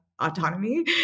autonomy